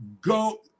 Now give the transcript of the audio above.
go